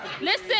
listen